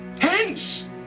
Hence